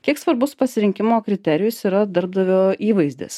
kiek svarbus pasirinkimo kriterijus yra darbdavio įvaizdis